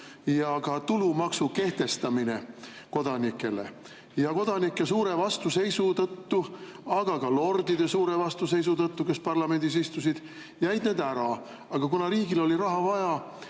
ja ka tulumaksu kehtestamine kodanikele, kuid kodanike suure vastuseisu tõttu, aga ka lordide suure vastuseisu tõttu, kes parlamendis istusid, jäid need ära. Aga kuna riigil oli raha vaja,